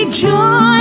joy